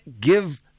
give